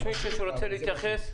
יש מישהו שרוצה להתייחס?